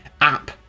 app